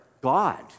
God